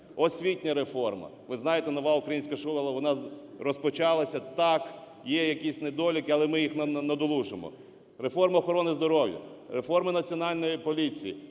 Освітня реформа. Ви знаєте, "Нова українська школа", вона розпочалася. Так є якісь недоліки, але ми їх надолужимо. Реформа охорони здоров'я, реформа Національної поліції,